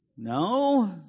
No